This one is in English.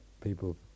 people